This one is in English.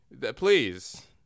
Please